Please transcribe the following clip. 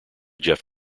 jeff